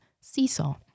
seesaw